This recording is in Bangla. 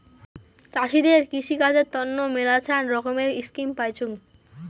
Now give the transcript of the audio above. চাষীদের কৃষিকাজের তন্ন মেলাছান রকমের স্কিম পাইচুঙ